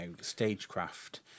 stagecraft